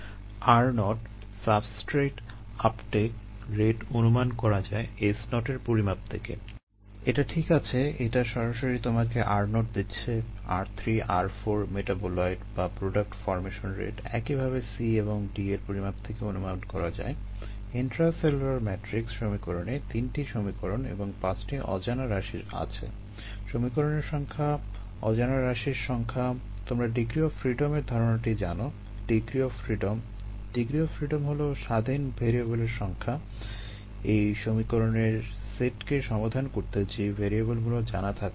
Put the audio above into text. r0 substrate uptake ধারণাটি জানো degree of freedom degree of freedom হলো স্বাধীন ভ্যারিয়েবলের সংখ্যা এই সমীকরণের সেটকে সমাধান করতে যে ভ্যারিয়েবলগুলো জানা থাকতে হবে